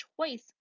choice